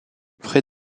près